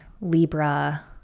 Libra